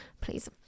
Please